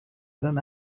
gran